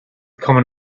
common